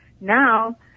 now